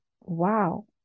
wow